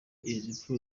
izi